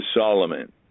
Solomon